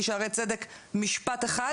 גם כמנהלת שירות פסיכולוגי אבל גם כאמא לבני נוער.